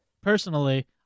personally